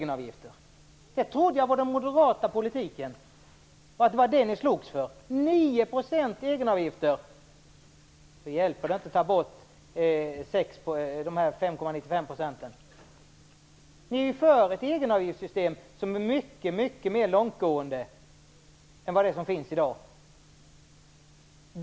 Jag trodde att det var moderat politik och att det var det ni slogs för. Med 9 % i egenavgift hjälper det inte att ta bort de Ni är för ett egenavgiftssystem som är mycket mer långtgående än det som finns i dag.